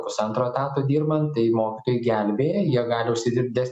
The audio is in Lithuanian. pusantro etato dirbant tai mokytojai gelbėja jie gali užsidirbt dides